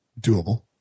doable